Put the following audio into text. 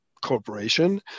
corporation